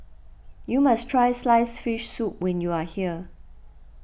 you must try Sliced Fish Soup when you are here